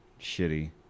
shitty